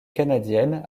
canadienne